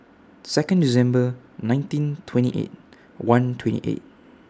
Second December nineteen twenty eight one twenty eight